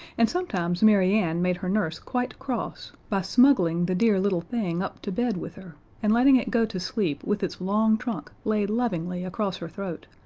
and sometimes mary ann made her nurse quite cross by smuggling the dear little thing up to bed with her and letting it go to sleep with its long trunk laid lovingly across her throat,